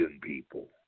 people